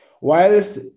whilst